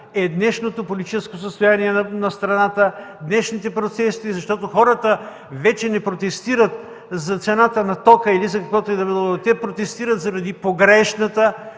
е днешното политическо състояние на страната, днешните процеси, защото хората вече не протестират за цената на тока или за каквото и да било – те протестират заради погрешната